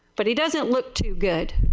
but he does not look too good.